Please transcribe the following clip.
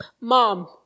Mom